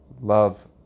love